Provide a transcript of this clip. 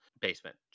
basement